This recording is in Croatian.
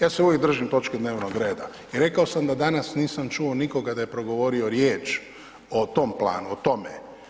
Ja se uvijek držim točke dnevnog reda i rekao sam da danas nisam čuo nikoga da je progovorio riječ o tom planu, o tome.